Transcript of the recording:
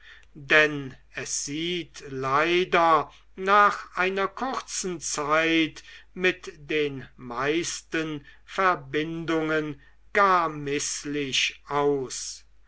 denn es sieht leider nach einer kurzen zeit mit den meisten verbindungen gar mißlich aus